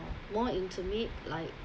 more intimate like